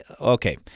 okay